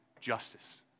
justice